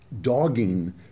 dogging